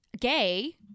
gay